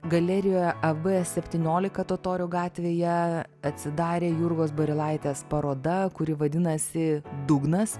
galerijoje av septyniolika totorių gatvėje atsidarė jurgos barilaitės paroda kuri vadinasi dugnas